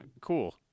Cool